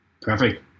Perfect